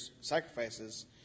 sacrifices